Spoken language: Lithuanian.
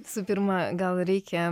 visų pirma gal reikia